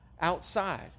outside